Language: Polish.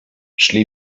szli